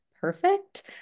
perfect